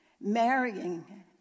marrying